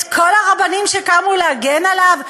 את כל הרבנים שקמו להגן עליו?